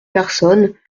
personne